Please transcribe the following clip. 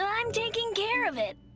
um i'm taking care of it.